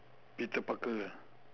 peter parker ah